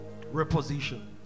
reposition